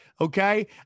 Okay